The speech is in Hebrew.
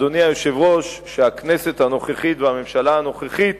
אדוני היושב-ראש, שהכנסת הנוכחית והממשלה הנוכחית